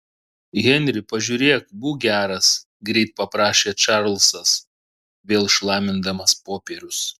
henri pažiūrėk būk geras greit paprašė čarlzas vėl šlamindamas popierius